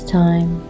time